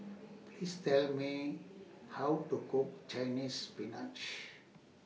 Please Tell Me How to Cook Chinese Spinach